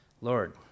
Lord